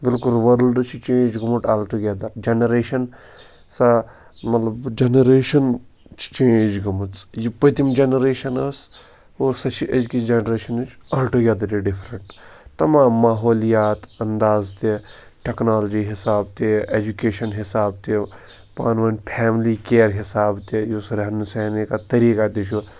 بالکُل ؤرٕلڈٕ چھُ چینٛج گوٚمُت آلٹُگٮ۪دَر جَنریشَن سَہ مطلب جَنریشَن چھِ چینٛج گٔمٕژ یہِ پٔتِم جَنریشَن ٲس اور سُہ چھِ أزکِس جَنریشَنٕچ آلٹُگٮ۪دَر ڈِفرَنٛٹ تَمام ماحولِیات اَنداز تہِ ٹٮ۪کنالجی حِساب تہِ اٮ۪جُکیشَن حساب تہِ پانہٕ ؤنۍ فیملی کِیر حِساب تہِ یُس رہنہٕ سہنے کا طریقہ تہِ چھُ